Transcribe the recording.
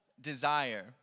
desire